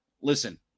listen